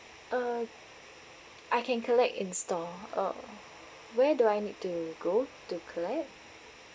uh I can collect in store uh where do I need to go to collect